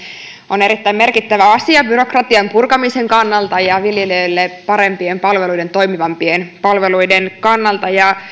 on erittäin merkittävä asia byrokratianpurkamisen kannalta ja viljelijöille parempien toimivampien palveluiden kannalta